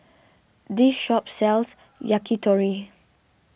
this shop sells Yakitori